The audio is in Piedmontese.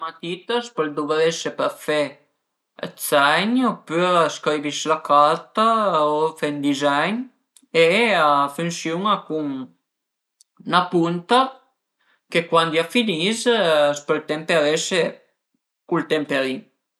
Üna matita a s'pöl duvrese për fe dë segn opüra scrivi s'la carta o fe ën dizegn e a funsiun-a cun 'na punta che cuandi a finis a s'pöl temperese cun ël temperin